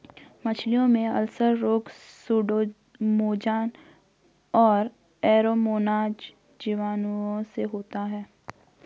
मछलियों में अल्सर रोग सुडोमोनाज और एरोमोनाज जीवाणुओं से होता है